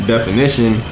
Definition